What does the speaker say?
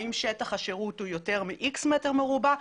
האם שטח השירות הוא יותר מאיקס מטרים מרובעים,